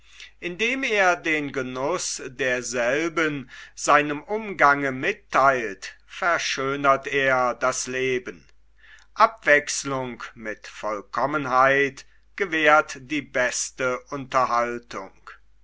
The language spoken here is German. indem er den genuß derselben seinem umgange mittheilt verschönert er das leben abwechselung mit vollkommenheit gewährt die beste unterhaltung